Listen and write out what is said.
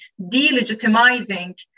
delegitimizing